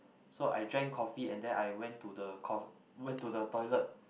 so I drank coffee and then I went to the went to the toilet